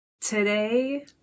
Today